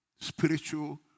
spiritual